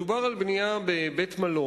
מדובר על בנייה בבית-מלון,